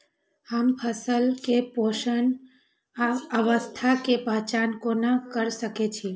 हम फसल में पुष्पन अवस्था के पहचान कोना कर सके छी?